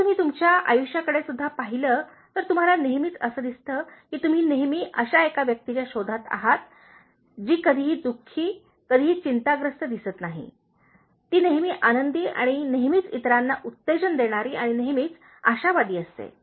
जर तुम्ही तुमच्या आयुष्याकडेसुद्धा पाहिले तर तुम्हाला नेहमीच असे दिसते की तुम्ही नेहमी अशा एका व्यक्तीच्या शोधात आहात जो कधीही दुखी कधीही चिंताग्रस्त दिसत नाही तो नेहमी आनंदी आणि नेहमीच इतरांना उत्तेजन देणारा आणि नेहमीच आशावादी असतो